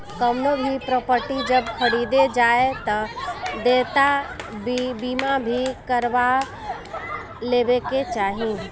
कवनो भी प्रापर्टी जब खरीदे जाए तअ देयता बीमा भी करवा लेवे के चाही